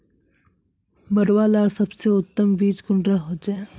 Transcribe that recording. मरुआ लार सबसे उत्तम बीज कुंडा होचए?